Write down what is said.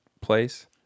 place